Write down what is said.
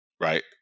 right